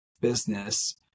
business